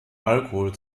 alkohol